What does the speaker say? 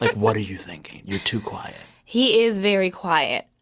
like what are you thinking? you're too quiet he is very quiet.